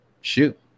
shoot